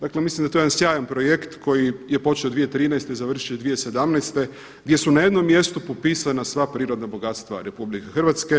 Dakle, mislim da je to jedan sjajan projekt koji je počeo 2013. i završio 2017. gdje su na jednom mjestu popisana sva prirodna bogatstva RH.